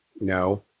no